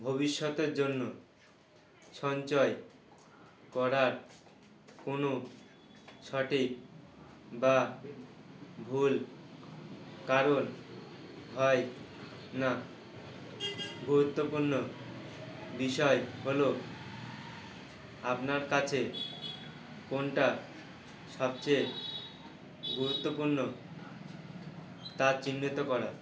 ভবিষ্যতের জন্য সঞ্চয় করার কোনো সঠিক বা ভুল কারণ হয় না গুরুত্বপূর্ণ বিষয় হলো আপনার কাছে কোনটা সবচেয়ে গুরুত্বপূর্ণ তা চিহ্নিত করা